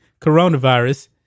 coronavirus